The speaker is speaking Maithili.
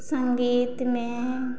संगीत मे